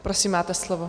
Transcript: Prosím, máte slovo.